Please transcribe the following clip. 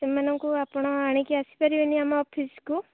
ସେମାନଙ୍କୁ ଆପଣ ଆଣିକି ଆସିପାରିବେ ଆମ ଅଫିସକୁ